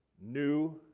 new